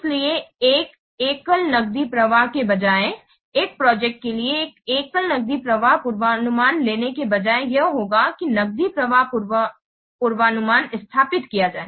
इसलिए एक एकल नकदी प्रवाह के बजाय एक प्रोजेक्ट के लिए एक एकल नकदी प्रवाह पूर्वानुमान लेने के बजाय यह होगा कि नकदी प्रवाह पूर्वानुमान स्थापित किया जाए